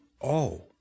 Oh